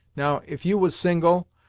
now, if you was single,